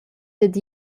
dad